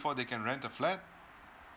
before they can rent the flat